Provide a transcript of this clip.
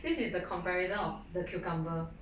this is a comparison of the cucumber